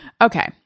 Okay